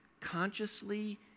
consciously